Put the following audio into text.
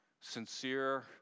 sincere